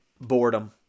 boredom